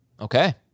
Okay